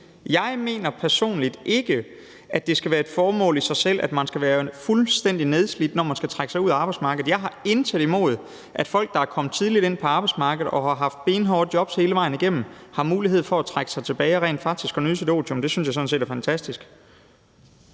Jeg mener personligt ikke, at det skal være et formål i sig selv, at man skal være fuldstændig nedslidt, når man trækker sig ud af arbejdsmarkedet. Jeg har intet imod, at folk, der er kommet tidligt ind på arbejdsmarkedet og har haft benhårde jobs hele vejen igennem, har mulighed for at trække sig tilbage og rent faktisk nyde deres otium. Det synes jeg sådan set er fantastisk.